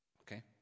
Okay